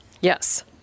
Yes